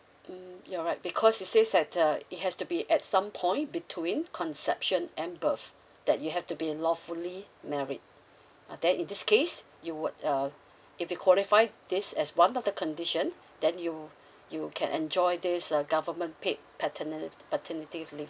mm you are right because it says that uh it has to be at some point between conception and birth that you have to be lawfully married then in this case you would uh if you'd qualify this as one of the condition then you you can enjoy this uh government paid patern~ paternity leave